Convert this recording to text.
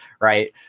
right